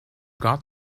got